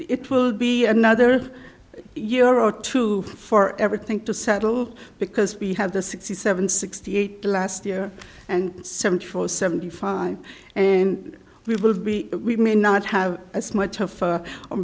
it will be another year or two for everything to settle because we have the sixty seven sixty eight last year and seventy four seventy five and we will be we may not have as much of a